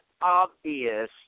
obvious